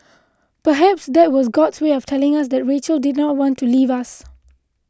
perhaps that was God's way of telling us that Rachel did not want to leave us